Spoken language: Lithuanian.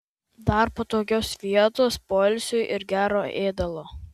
dar patogios vietos poilsiui ir gero ėdalo